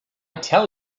tell